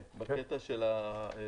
כן, בקטע הזה כן.